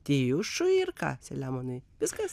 tijušui ir ką selemonai viskas